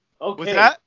Okay